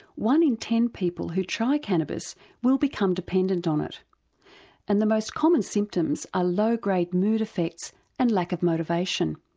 one in ten people who try cannabis will become dependent on it and the most common symptoms are low grade mood effects and lack of motivation.